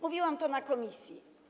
Mówiłam to w komisji.